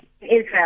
Israel